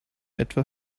etwa